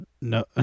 No